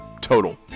Total